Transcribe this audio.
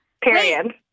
Period